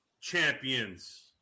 champions